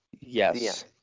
yes